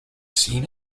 seen